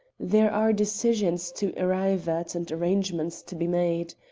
there are decisions to arrive at and arrangements to be made.